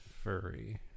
furry